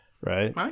right